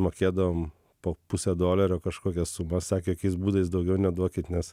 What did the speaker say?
mokėdavom po pusę dolerio kažkokią sumą sakė jokiais būdais daugiau neduokit nes